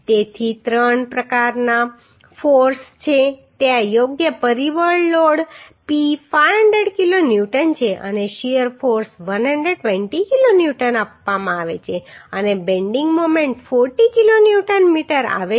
તેથી ત્રણ પ્રકારના ફોર્સ છે ત્યાં યોગ્ય પરિબળ લોડ P 500 કિલો ન્યૂટન છે અને શીયર ફોર્સ 120 કિલો ન્યૂટન આપવામાં આવે છે અને bending moment 40 kilo newton metre આવે છે